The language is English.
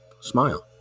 smile